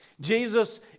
Jesus